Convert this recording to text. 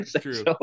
True